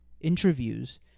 interviews